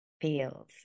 feels